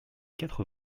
quatre